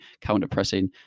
counter-pressing